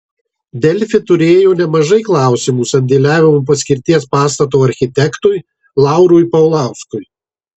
delfi turėjo nemažai klausimų sandėliavimo paskirties pastato architektui laurui paulauskui